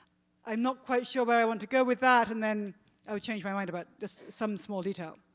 i'm not quite sure where i want to go with that. and then i would change my mind about just some small detail.